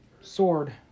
Sword